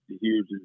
huge